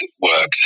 work